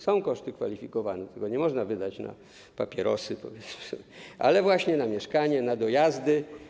Są koszty kwalifikowane, tego nie można wydać na papierosy, powiedzmy sobie, ale właśnie na mieszkanie, na dojazdy.